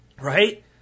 Right